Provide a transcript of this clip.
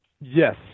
Yes